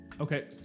Okay